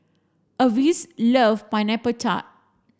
Avis loves pineapple tart